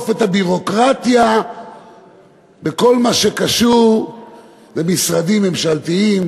את הביורוקרטיה בכל מה שקשור במשרדים ממשלתיים.